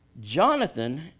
Jonathan